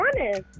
honest